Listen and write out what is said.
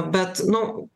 bet nu